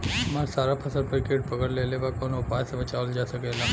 हमर सारा फसल पर कीट पकड़ लेले बा कवनो उपाय से बचावल जा सकेला?